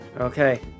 Okay